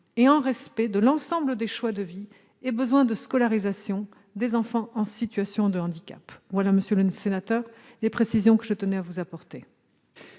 le respect de l'ensemble des choix de vie et besoins de scolarisation des enfants en situation de handicap. Telles sont, monsieur le sénateur, les précisions que je tenais à vous apporter.